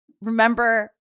remember